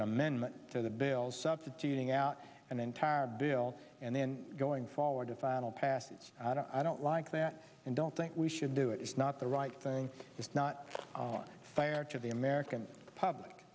an amendment to the bills substituting out an entire bill and then going forward to file passage and i don't like that and don't think we should do it is not the right thing just not on fire to the american public